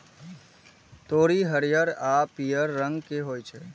तोरी हरियर आ पीयर रंग के होइ छै